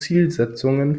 zielsetzungen